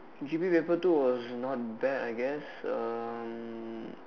G_P paper two was not bad I guess um